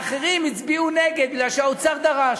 האחרים הצביעו נגד, כי האוצר דרש.